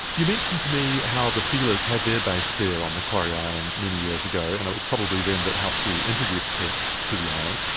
you mentioned to me how the sealers had their base there on macquarie island many years ago and it's probably then that helped to introduce pests to the island,